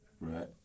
right